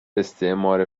استعمار